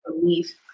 belief